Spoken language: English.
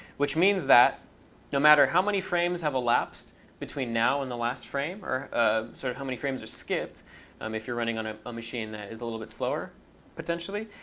which means that no matter how many frames have elapsed between now and the last frame, or sort of how many frames are skipped um if you're running on ah a machine that is a little bit slower potentially,